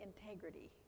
integrity